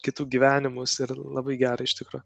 kitų gyvenimus ir labai gera iš tikro